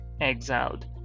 exiled